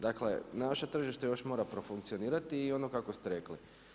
Dakle, na naše tržište još mora profunkcionirati i ono kako ste rekli.